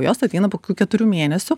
jos ateina po kokių keturių mėnesių